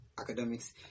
academics